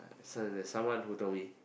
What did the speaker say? so there's someone who told me